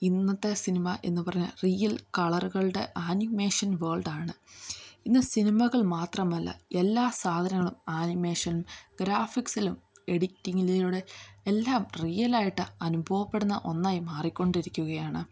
ഇന്നത്തെ സിനിമ എന്നു പറഞ്ഞാൽ റിയൽ കളറുകളുടെ ആനിമേഷൻ വേൾഡാണ് ഇന്ന് സിനിമകൾ മാത്രമല്ല എല്ലാ സാധനങ്ങളും ആനിമേഷൻ ഗ്രാഫിക്സിലും എഡിറ്റിങ്ങിലൂടെ എല്ലാം റിയലായിട്ടാ അനുഭവപ്പെടുന്ന ഒന്നായി മാറിക്കൊണ്ടിരിക്കുകയാണ്